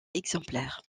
exemplaire